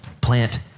plant